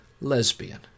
lesbian